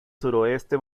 suroeste